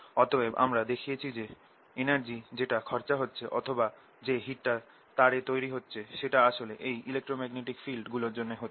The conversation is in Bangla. অতএব আমরা দেখিয়েছি যে এই এনার্জি যেটা খরচা হচ্ছে অথবা যে হিটটা তারে তৈরি হচ্ছে সেটা আসলে এই ইলেক্ট্রোম্যাগনেটিক ফিল্ড গুলোর জন্য হচ্ছে